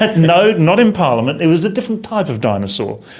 ah no, not in parliament, it was a different type of dinosaur.